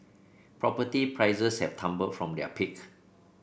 property prices have tumbled from their peak